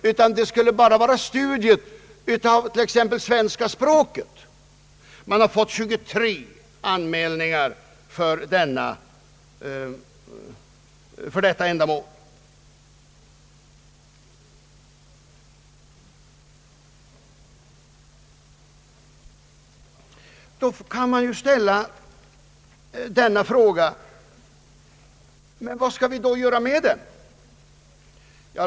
Nej, dessa människor skulle endast bedriva studier i exempelvis svenska språket. Man har fått 23 anmälningar till verksamheten. Med ledning av sådana uppgifter kan man ställa denna fråga: Vad skall vi då göra med dem?